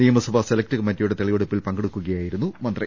നിയമ സഭാ സെലക്ട് കമ്മിറ്റിയുടെ തെളിവെടുപ്പിൽ പങ്കെടുക്കുകയായിരുന്നു മന്ത്രി